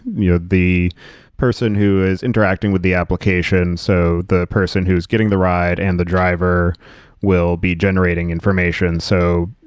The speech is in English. yeah the person who is interacting with the application, so the person who's getting the ride and the driver will be generating information. so,